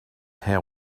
how